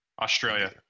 Australia